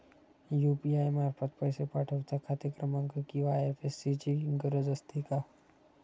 UPI मार्फत पैसे पाठवता खाते क्रमांक किंवा आय.एफ.एस.सी ची गरज असते का?